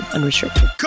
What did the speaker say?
Unrestricted